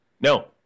No